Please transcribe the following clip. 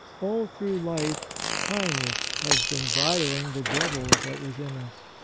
all through life kindness has been bridling the devil that was in us.